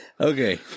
Okay